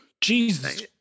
jesus